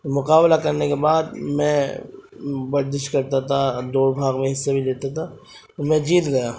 مقابلہ کرنے کے بعد میں ورزش کرتا تھا اور دوڑ بھاگ میں حصے بھی لیتا تھا تو میں جیت گیا